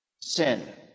sin